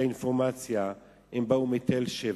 ומהאינפורמציה, הם באו מתל-שבע,